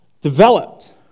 developed